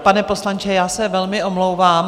Pane poslanče, já se velmi omlouvám.